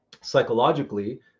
Psychologically